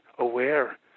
aware